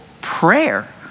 prayer